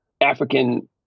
african